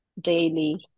daily